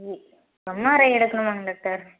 உ எம்ஆர்ஐ எடுக்கணுமாங்க டாக்டர்